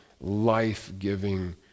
life-giving